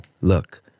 look